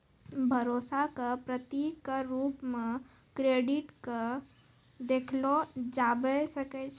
भरोसा क प्रतीक क रूप म क्रेडिट क देखलो जाबअ सकै छै